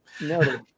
No